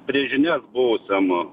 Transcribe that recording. prieš žinias buvusiam